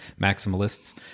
maximalists